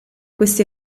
questi